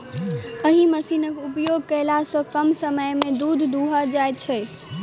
एहि मशीनक उपयोग कयला सॅ कम समय मे दूध दूहा जाइत छै